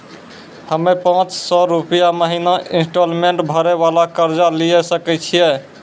हम्मय पांच सौ रुपिया महीना इंस्टॉलमेंट भरे वाला कर्जा लिये सकय छियै?